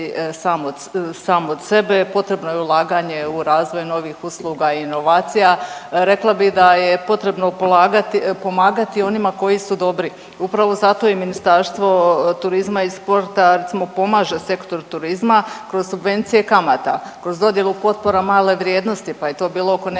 sam od sebe, potrebno je ulaganje u razvoj novih usluga i inovacija. Rekla bi da je potrebno polagati, pomagati onima koji su dobri, upravo zato i Ministarstvo turizma i sporta recimo pomaže sektoru turizma kroz subvencije kamata, kroz dodjelu potpora male vrijednosti, pa je to bilo oko nekih